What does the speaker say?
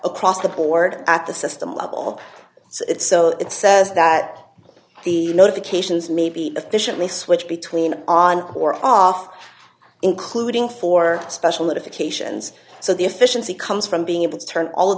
across the board at the system level it's so it says that the notifications maybe officially switch between on or off including for special notifications so the efficiency comes from being able to turn all of